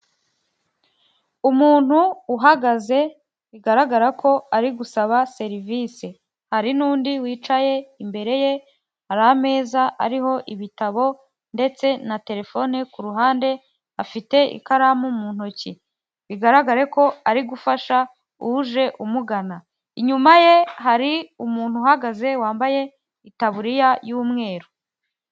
Umuntu uhagaze bigaragara ko ari gusaba serivisi, hari n'undi wicaye imbere ye, hari ameza ariho ibitabo ndetse na terefone, ku ruhande afite ikaramu mu ntoki bigaragare ko ari gufasha uje umugana, inyuma ye hari umuntu uhagaze wambaye itaburiya y'umweru.